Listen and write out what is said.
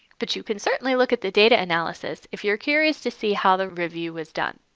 but you can certainly look at the data analysis if you are curious to see how the review was done.